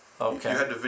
Okay